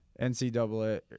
NCAA